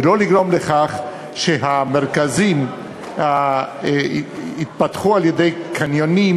ולא לגרום לכך שהמרכזים יתפתחו על-ידי קניונים